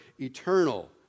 eternal